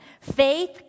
faith